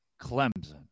Clemson